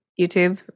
YouTube